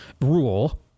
rule